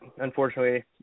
unfortunately